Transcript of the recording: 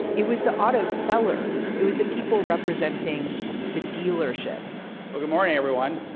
it was the auto sellers it was the people representing the dealerships well good morning everyone.